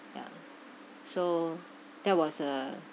ya so that was a